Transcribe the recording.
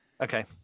Okay